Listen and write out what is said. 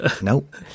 Nope